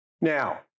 now